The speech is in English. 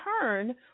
turn